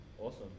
Awesome